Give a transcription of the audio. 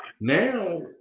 Now